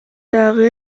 дагы